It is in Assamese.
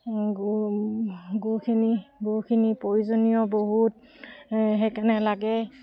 গু গুখিনি গুখিনি প্ৰয়োজনীয় বহুত সেইকাৰণে লাগে